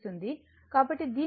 కాబట్టి దీని నుండి cos θ 0